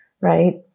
right